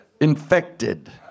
Infected